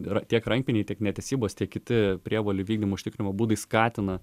yra tiek rankiniai tiek netesybos tiek kiti prievolių įvykdymo užtikrinimo būdai skatina